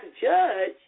judge